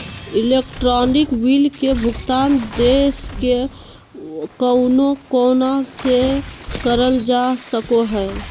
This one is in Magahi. इलेक्ट्रानिक बिल के भुगतान देश के कउनो कोना से करल जा सको हय